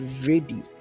ready